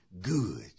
good